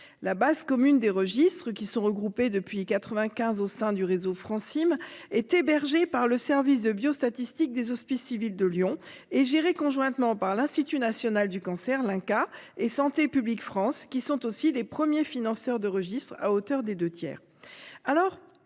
La base commune des registres, qui sont regroupés depuis 1995 au sein du réseau Francim, est hébergée par le service de biostatistiques des Hospices civils de Lyon, et gérée conjointement par l'INCa et Santé publique France, qui sont aussi les premiers financeurs de registres, à hauteur des deux tiers.